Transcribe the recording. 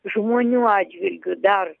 žmonių atžvilgiu dar